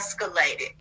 escalated